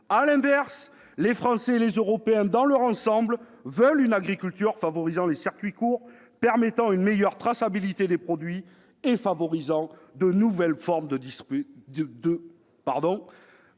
À l'inverse, les Français et les Européens dans leur ensemble veulent une agriculture favorisant les circuits courts, permettant une meilleure traçabilité des produits et favorisant de nouvelles formes de distribution.